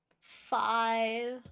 five